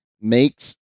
makes